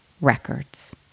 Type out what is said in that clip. records